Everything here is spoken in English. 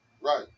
Right